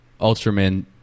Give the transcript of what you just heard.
Ultraman